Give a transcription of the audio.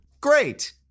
Great